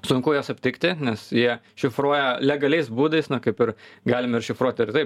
sunku juos aptikti nes jie šifruoja legaliais būdais kaip ir galim ir šifruoti ir taip